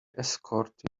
escort